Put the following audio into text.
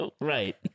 right